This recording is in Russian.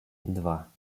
два